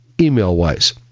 email-wise